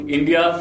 India